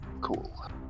cool